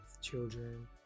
children